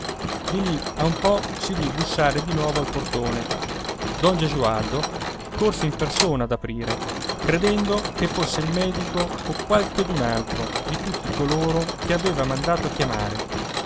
di lì a un po si udì bussare di nuovo al portone don gesualdo corse in persona ad aprire credendo che fosse il medico o qualchedun altro di tutti coloro che aveva mandato a chiamare